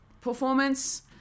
performance